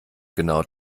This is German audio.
genau